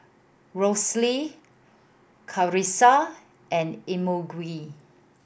Rosey Karissa and Imogene